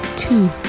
two